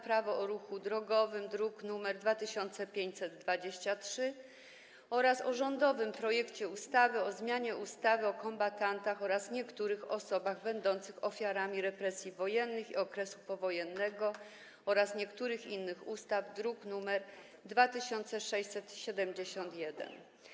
Prawo o ruchu drogowym, druk nr 2523, oraz o rządowym projekcie ustawy o zmianie ustawy o kombatantach oraz niektórych osobach będących ofiarami represji wojennych i okresu powojennego oraz niektórych innych ustaw, druk nr 2671.